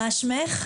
מה שמך?